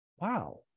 wow